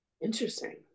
Interesting